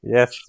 Yes